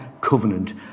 covenant